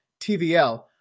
TVL